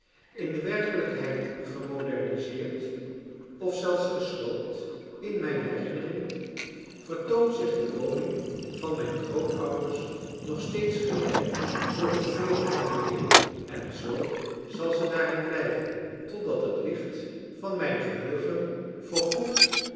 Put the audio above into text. in de werkelijkheid gemoderniseerd of zelfs gesloopt in mijn herinnering vertoont zich de woning van mijn grootouders nog steeds gelijk voor het vierde van een eeuw en zoo zal ze daarin blijven totdat het licht van mijn geheugen voorgoed